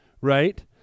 right